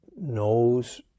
knows